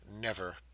Never